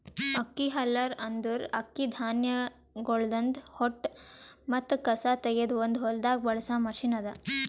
ಅಕ್ಕಿ ಹಲ್ಲರ್ ಅಂದುರ್ ಅಕ್ಕಿ ಧಾನ್ಯಗೊಳ್ದಾಂದ್ ಹೊಟ್ಟ ಮತ್ತ ಕಸಾ ತೆಗೆದ್ ಒಂದು ಹೊಲ್ದಾಗ್ ಬಳಸ ಮಷೀನ್ ಅದಾ